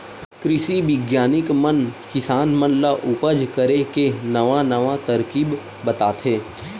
कृषि बिग्यानिक मन किसान मन ल उपज करे के नवा नवा तरकीब बताथे